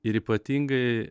ir ypatingai